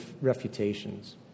refutations